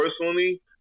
personally